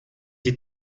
die